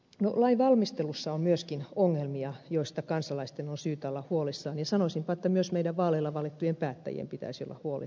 lain valmistelussa on myöskin ongelmia joista kansalaisten on syytä olla huolissaan ja sanoisinpa että myös meidän vaaleilla valittujen päättäjien pitäisi olla huolissaan